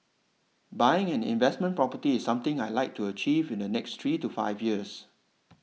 buying an investment property is something I'd like to achieve in the next three to five years